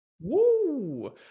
Woo